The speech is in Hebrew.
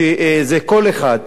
שזה כל אחד,